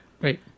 Right